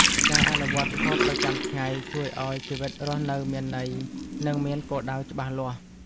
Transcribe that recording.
ការអនុវត្តធម៌ប្រចាំថ្ងៃ ជួយឱ្យជីវិតរស់នៅមានន័យ និងមានគោលដៅច្បាស់លាស់។